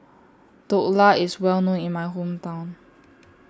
Dhokla IS Well known in My Hometown